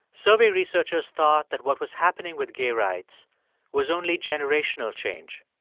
survey researchers thought that what was happening with gay rights was only generational change.